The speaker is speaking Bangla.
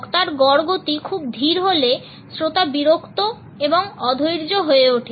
বক্তার গড় গতি খুব ধীর হলে শ্রোতা বিরক্ত এবং অধৈর্য হয়ে ওঠে